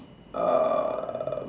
uh